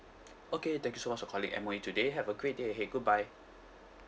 okay thank you so much for calling M_O_E today have a great day ahead goodbye